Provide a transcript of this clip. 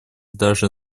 даже